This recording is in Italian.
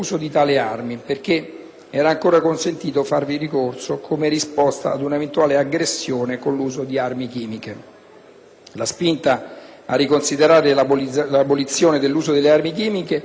La spinta a riconsiderare l'abolizione dell'uso delle armi chimiche si è riproposta a causa del ripetuto impiego di gas da parte dell'Iraq contro l'Iran, nella seconda metà degli anni Ottanta.